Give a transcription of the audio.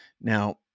Now